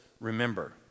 remember